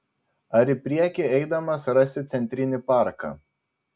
ar į priekį eidamas rasiu centrinį parką